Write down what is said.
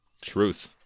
Truth